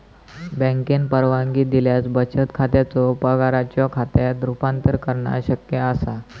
बँकेन परवानगी दिल्यास बचत खात्याचो पगाराच्यो खात्यात रूपांतर करणा शक्य असा